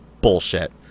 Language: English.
bullshit